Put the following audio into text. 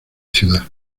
ciudad